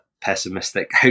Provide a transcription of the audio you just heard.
pessimistic